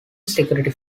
security